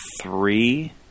three